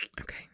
okay